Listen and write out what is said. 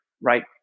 right